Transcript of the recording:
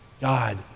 god